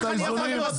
החלשים?